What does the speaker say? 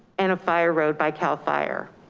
and a fire road by cal fire.